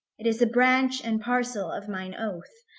it is a branch and parcel of mine oath,